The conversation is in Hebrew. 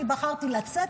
בחרתי לצאת,